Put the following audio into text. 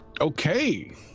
Okay